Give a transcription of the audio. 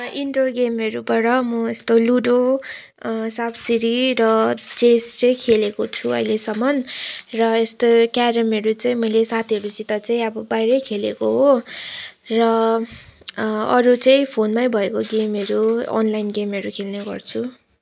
indoor गेमहरूबाट म यस्तो लुडो साँप सिँडी र चेस चाहिँ खेलेको छु अहिलेसम्म र यस्तो क्यारमहरू चाहिँ मैले साथीहरूसित चाहिँ अब बाहिरै खेलेको हो र अरू चाहिँ फोनमै भएको गेमहरू अनलाइन गेमहरू खेल्ने गर्छु